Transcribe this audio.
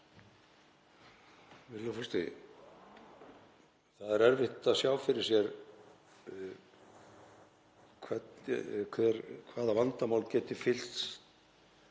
forseti. Það er erfitt að sjá fyrir sér hvaða vandamál geti fylgt